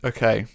Okay